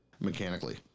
mechanically